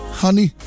honey